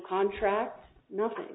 contract nothing